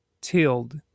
tilled